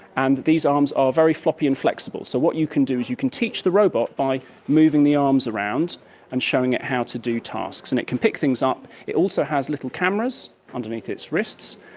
and these arms are very floppy and flexible. so what you can do is you can teach the robot by moving the arms around and showing it how to do tasks. and it can pick things up. it also has little cameras underneath its wrists.